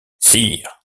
sire